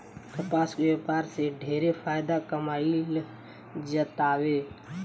कपास के व्यापार से ढेरे फायदा कमाईल जातावे